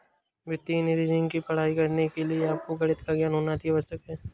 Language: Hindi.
वित्तीय इंजीनियरिंग की पढ़ाई करने के लिए आपको गणित का ज्ञान होना अति आवश्यक है